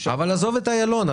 אבל עזוב את איילון.